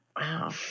Wow